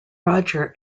roger